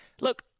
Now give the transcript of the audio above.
look